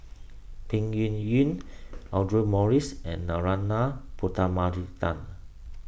Peng Yuyun Audra Morrice and Narana Putumaippittan